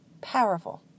Powerful